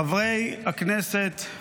חברי הכנסת,